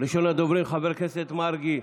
ראשון הדוברים, חבר הכנסת מרגי.